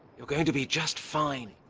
you're going to be just fine!